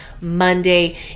Monday